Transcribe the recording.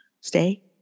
stay